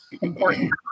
important